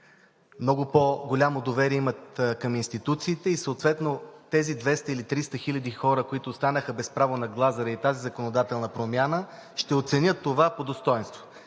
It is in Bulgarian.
много по-голямо доверие към институциите и съответно тези 200 или 300 хиляди хора, които останаха без право на глас заради тази законодателна промяна, ще оценят това по достойнство.